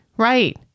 right